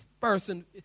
person